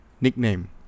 Nickname